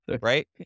right